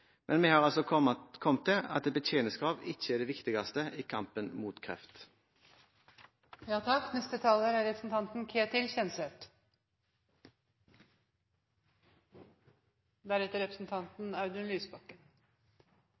Men vi har kommet til at betjeningskrav ikke er det viktigste i kampen mot kreft. For Venstre er